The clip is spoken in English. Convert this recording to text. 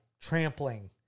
trampling